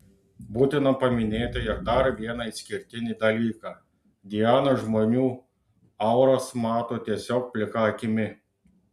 būtina paminėti ir dar vieną išskirtinį dalyką diana žmonių auras mato tiesiog plika akimi